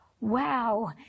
wow